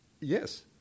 Yes